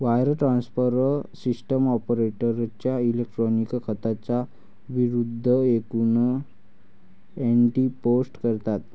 wire transfer system ऑपरेटरच्या electronic खात्यांच्या विरूद्ध एकूण एंट्री पोस्ट करतात